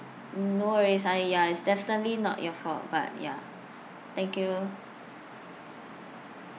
no worries !aiya! it's definitely not your fault but ya thank you